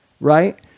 right